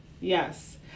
Yes